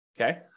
Okay